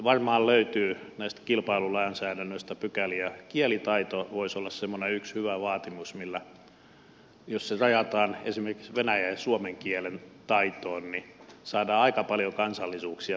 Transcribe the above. varmaan löytyy kilpailulainsäädännöstä pykäliä ja kielitaito voisi olla semmoinen yksi hyvä vaatimus millä saadaan jos se rajataan esimerkiksi venäjän ja suomen kielen taitoon aika paljon kansallisuuksia vähennettyä sieltä